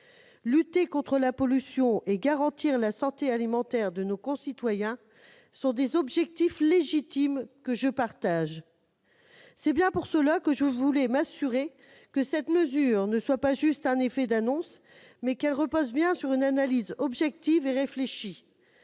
Lutter contre la pollution et garantir la santé alimentaire de nos concitoyens sont des objectifs légitimes, que je partage. Je tiens toutefois à m'assurer que cette mesure n'est pas juste un effet d'annonce et qu'elle repose bien sur une analyse objective et réfléchie.